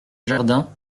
jardin